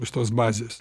iš tos bazės